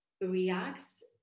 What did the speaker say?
reacts